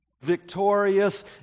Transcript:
victorious